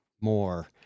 more